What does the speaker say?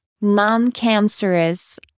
non-cancerous